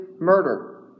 murder